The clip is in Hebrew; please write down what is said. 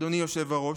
אדוני היושב-ראש,